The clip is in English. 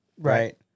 Right